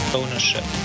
ownership